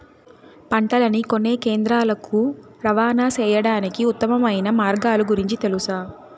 పంటలని కొనే కేంద్రాలు కు రవాణా సేయడానికి ఉత్తమమైన మార్గాల గురించి తెలుసా?